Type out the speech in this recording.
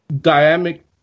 dynamic